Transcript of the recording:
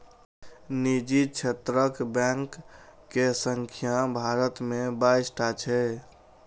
निजी क्षेत्रक बैंक के संख्या भारत मे बाइस टा छै